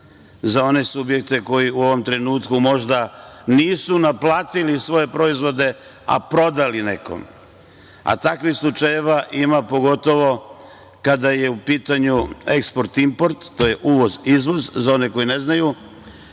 za one subjekte koji u ovom trenutku možda nisu naplatili svoje proizvode, a prodali nekom, a takvih slučajeva ima, pogotovo kada je u pitanju eksport-import. To je uvoz-izvoz, za one koji ne znaju,